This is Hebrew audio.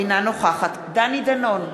אינה נוכחת דני דנון,